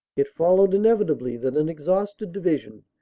it followed inevitably that an exhausted division,